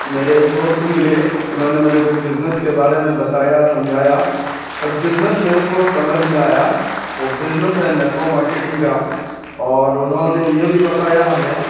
میرے ایک دوست ملے انہوں نے میرے کو بزنس کے بارے میں بتایا سمجھایا اور بزنس میرے کو سمجھ میں آیا وہ بزنس ہے نیٹورک مارکیٹنگ کا اور انہوں نے یہ بھی بتایا ہمیں